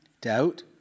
doubt